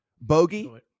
Bogey